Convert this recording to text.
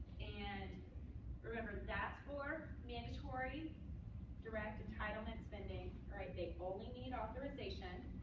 and remember, that's for mandatory direct entitlement spending. right? they only need authorization.